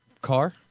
car